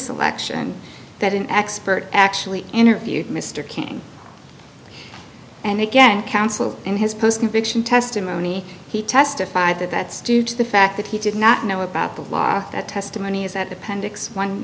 selection that an expert actually interviewed mr king and again counsel in his post conviction testimony he testified that that's due to the fact that he did not know about the law that testimony is at the